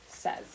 says